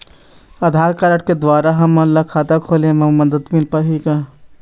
आधार card के द्वारा हमन ला खाता खोले म मदद मिल पाही का?